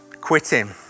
quitting